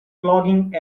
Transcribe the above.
flogging